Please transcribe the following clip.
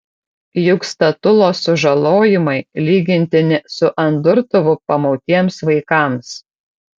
juk statulos sužalojimai lygintini su ant durtuvų pamautiems vaikams